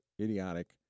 idiotic